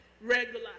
regular